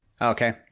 okay